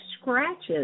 scratches